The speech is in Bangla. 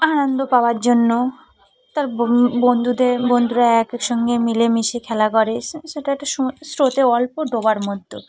আনন্দ পাওয়ার জন্য তার বন্ধুদের বন্ধুরা এক এক সঙ্গে মিলেমিশে খেলা করে সেটা একটা স্রোতে অল্প ডোবার মতো